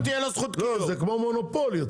לא, זה כמו מונופול.